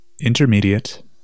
intermediate